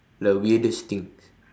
the weirdest thing